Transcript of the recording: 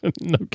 No